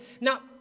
Now